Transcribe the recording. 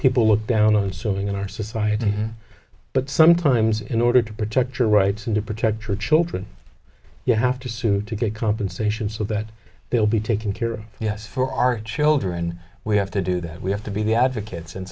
people look down on something in our society but sometimes in order to protect your rights and to protect your children you have to sue to get compensation so that they'll be taken care of yes for our children we have to do that we have to be the advocates and